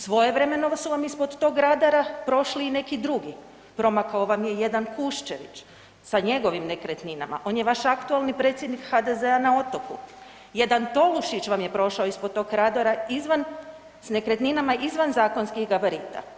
Svojevremeno su vam ispod tog radara prošli i neki drugi, promakao vam je jedan Kuščević sa njegovim nekretninama, on je vaš aktualni predsjednik HDZ-a na otoku, jedan Tolušić vam je prošao ispod tog radara izvan, s nekretninama izvan zakonskih gabarita.